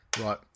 Right